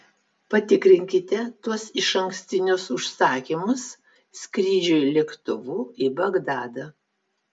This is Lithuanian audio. patikrinkite tuos išankstinius užsakymus skrydžiui lėktuvu į bagdadą